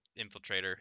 infiltrator